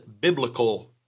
Biblical